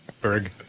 Berg